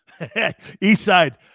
Eastside